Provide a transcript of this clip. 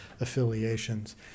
affiliations